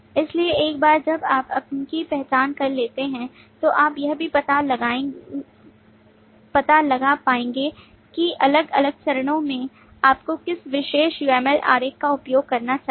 इसलिए एक बार जब आप इसकी पहचान कर लेते हैं तो आप यह भी पता लगा पाएंगे कि अलग अलग चरणों में आपको किस विशेष uml आरेख का उपयोग करना चाहिए